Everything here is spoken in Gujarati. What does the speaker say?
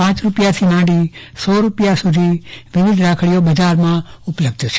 પાંચ રૂપિયાથી માંડી સો રૂપિયા સુધી વિવિધ રાખડીઓ બજારમાં ઉપલબ્ધ છે